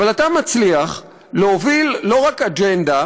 אבל אתה מצליח להוביל לא רק אג'נדה,